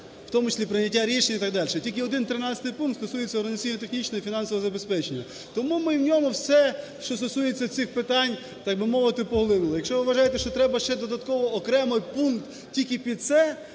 в тому числі прийняття рішень і так дальше. Тільки один 13 пункт стосується організаційно-технічного і фінансового забезпечення. Тому ми в ньому все, що стосується цих питань, так би мовити, поглинули. Якщо ви вважаєте, що треба ще додатково окремий пункт тільки під це,